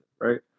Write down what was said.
right